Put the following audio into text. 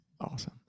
Awesome